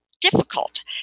difficult